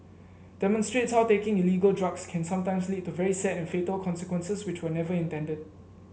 demonstrates how taking illegal drugs can sometimes lead to very sad and fatal consequences which were never intended